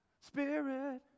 Spirit